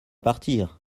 partir